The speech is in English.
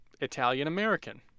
Italian-American